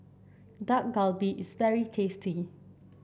Dak Galbi is very tasty